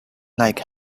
like